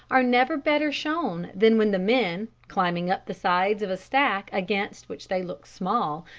are never better shown than when the men, climbing up the sides of a stack against which they look small,